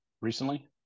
recently